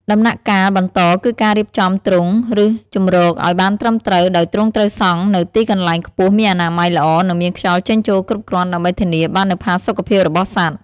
ដំណាក់កាលបន្តគឺការរៀបចំទ្រុងឬជម្រកឲ្យបានត្រឹមត្រូវ ដោយទ្រុងត្រូវសង់នៅទីកន្លែងខ្ពស់មានអនាម័យល្អនិងមានខ្យល់ចេញចូលគ្រប់គ្រាន់ដើម្បីធានាបាននូវផាសុកភាពរបស់សត្វ។